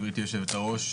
גברתי היושבת-ראש,